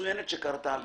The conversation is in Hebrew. מצוינת שקרתה לי.